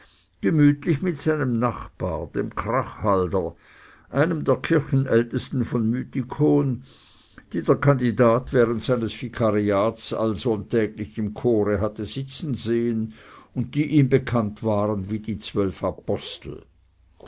gemütlich mit seinem nachbar dem krachhalder einem der kirchenältesten von mythikon die der kandidat während seines vikariats allsonntäglich im chore hatte sitzen sehen und die ihm bekannt waren wie die zwölf apostel